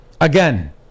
Again